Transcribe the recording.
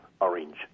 orange